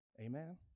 Amen